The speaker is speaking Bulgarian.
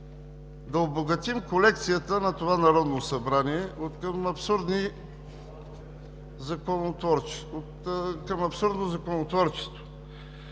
да обогатим колекцията на това Народно събрание откъм абсурдно законотворчество.